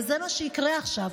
וזה מה שיקרה עכשיו,